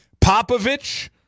Popovich